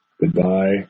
goodbye